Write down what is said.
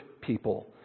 people